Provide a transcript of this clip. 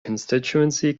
constituency